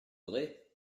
voudrez